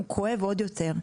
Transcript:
הוא כואב עוד יותר.